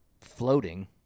floating